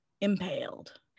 impaled